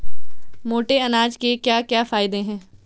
मोटे अनाज के क्या क्या फायदे हैं?